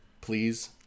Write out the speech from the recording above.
Please